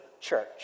church